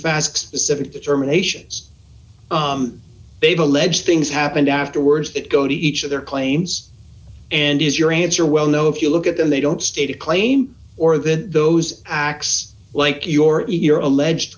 fast specific determinations they've alleged things happened afterwards that go to each of their claims and is your answer well no if you look at them they don't state a claim or that those acts like your ear alleged